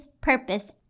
purpose